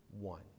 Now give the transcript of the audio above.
one